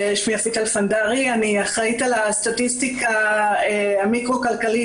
אני אחראית על הסטטיסטיקה המיקרו כלכלית